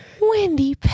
Wendy